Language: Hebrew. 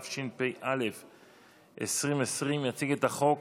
התשפ"א 2020. יציג את הצעת החוק